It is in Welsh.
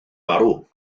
marw